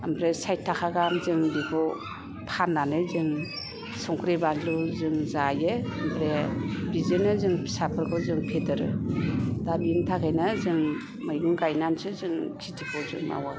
ओमफ्राय सायेट थाखा गाहाम जों बेखौ फाननानै जों संख्रि बानलु जों जायो ओमफ्राय बिदिनो जों फिसाफोरखौ जों फेदेरो दा बिनि थाखायनो जों मैगं गायनानैसो जों केथिखौ जों मावो